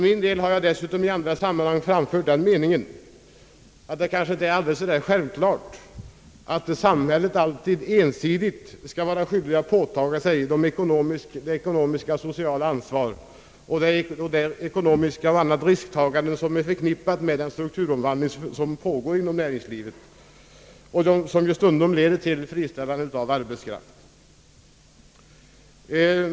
Jag har dessutom i andra samman hang framfört meningen, att det kanske inte är så alldeles självklart att samhället alltid ensidigt skall vara skyldigt att påta sig det ekonomiskt-sociala ansvar liksom de andra risktaganden som är förknippade med den strukturomvandling som pågår inom näringslivet och som stundom leder till friställande av arbetskraft.